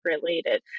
related